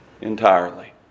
entirely